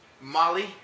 Molly